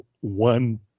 one